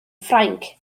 ffrainc